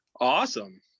Awesome